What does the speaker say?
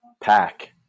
pack